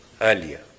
earlier